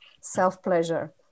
Self-pleasure